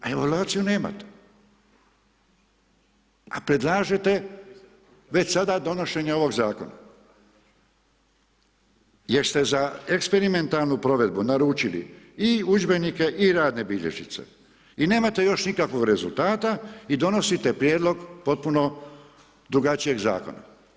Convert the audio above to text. Evaluaciju nemate, a predlažete, već sada donošenje ovog zakona, jer ste za eksperimentalnu provedbu naručili i udžbenike i radne bilježnice i nemate još nikakvog rezultata i donosite prijedlog potpuno drugačijeg zakona.